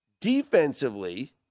Defensively